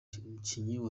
umukinnyikazi